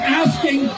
asking